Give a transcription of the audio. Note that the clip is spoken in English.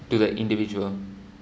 us to the individual